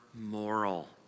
moral